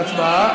להצבעה,